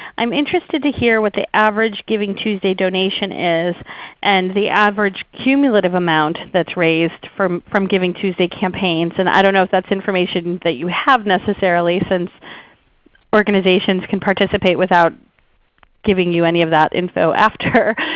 i'm interested to hear what the average givingtuesday donation is and the average cumulative amount that is raised from from givingtuesday campaigns? and i don't know if that is information that you have necessarily since organizations can participate without giving you any of that info after.